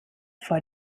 vor